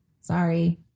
Sorry